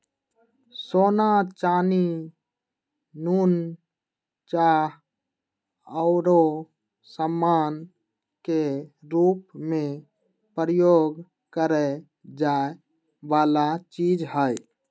सोना, चानी, नुन, चाह आउरो समान के रूप में प्रयोग करए जाए वला चीज हइ